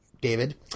David